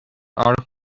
are